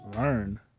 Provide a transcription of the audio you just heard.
learn